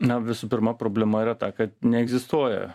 na visų pirma problema yra ta kad neegzistuoja